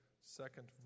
Second